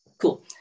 Cool